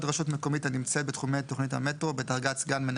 הממשלתית או התאגיד כאמור, לפי העניין.